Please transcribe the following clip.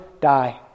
die